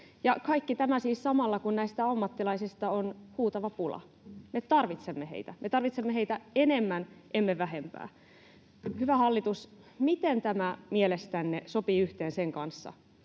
Kaikki tämä siis samalla kun näistä ammattilaisista on huutava pula. Me tarvitsemme heitä. Me tarvitsemme heitä enemmän, emme vähempää. Hyvä hallitus, miten tämä mielestänne sopii yhteen sen kanssa,